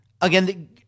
again